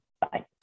Bye